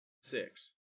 Six